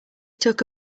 took